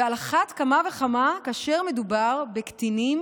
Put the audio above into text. ועל אחת כמה וכמה כאשר מדובר בקטינים